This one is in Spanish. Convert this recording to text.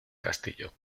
castillo